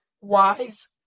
wise